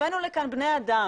הבאנו לכאן בני-אדם.